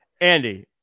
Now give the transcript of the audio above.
Andy